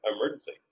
emergency